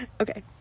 Okay